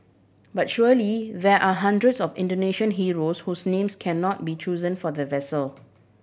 but surely there are hundreds of Indonesian heroes whose names can not be chosen for the vessel